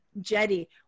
Jetty